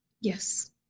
Yes